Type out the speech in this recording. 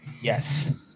yes